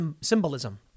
symbolism